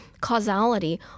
causality